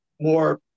more